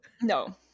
No